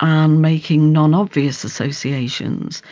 and making nonobvious associations.